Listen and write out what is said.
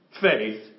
faith